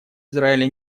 израиля